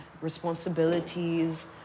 responsibilities